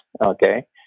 okay